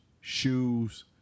shoes